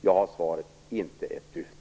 Jag vet svaret: Inte ett dyft.